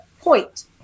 point